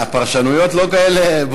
הפרשנויות לא כאלה,